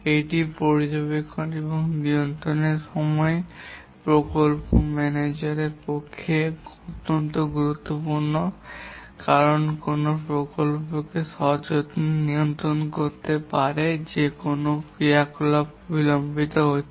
এটি পর্যবেক্ষণ এবং নিয়ন্ত্রণের সময় প্রকল্প ম্যানেজারের পক্ষে অত্যন্ত গুরুত্বপূর্ণ কারণ কোনও প্রকল্পকে সযত্নে নিয়ন্ত্রণ করতে পারে যে কোনও ক্রিয়াকলাপ বিলম্বিত হচ্ছে